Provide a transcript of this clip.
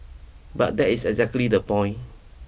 but that is exactly the point